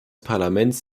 parlaments